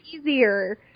easier